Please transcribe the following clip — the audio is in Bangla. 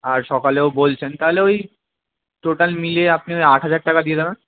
আর সকালেও বলছেন তাহলে ওই টোটাল মিলিয়ে আপনি ওই আট হাজার টাকা দিয়ে দেবেন